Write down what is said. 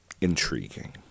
intriguing